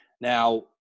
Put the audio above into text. Now